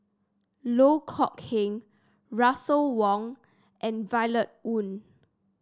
Loh Kok Heng Russel Wong and Violet Oon